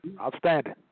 Outstanding